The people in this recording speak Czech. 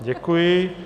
Děkuji.